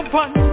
one